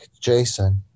jason